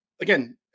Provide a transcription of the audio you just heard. again